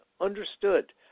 understood